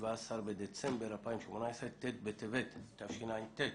17 בדצמבר 2018, ט' בטבת תשע"ט.